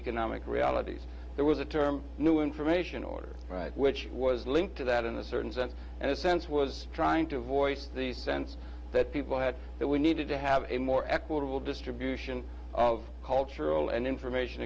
economic realities there was a term new information or right which was linked to that in a certain sense and a sense was trying to voice the sense that people had that we needed to have a more equitable distribution of cultural and information